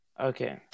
Okay